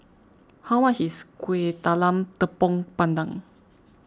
how much is Kueh Talam Tepong Pandan